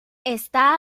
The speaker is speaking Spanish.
está